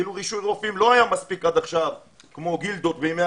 כאילו רישוי רופאים לא היה מספיק עד עכשיו כמו גילדות בימי